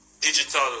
digital